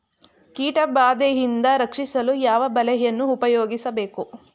ಕೀಟಬಾದೆಯಿಂದ ರಕ್ಷಿಸಲು ಯಾವ ಬಲೆಯನ್ನು ಉಪಯೋಗಿಸಬೇಕು?